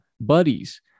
buddies